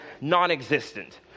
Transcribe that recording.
non-existent